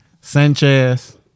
Sanchez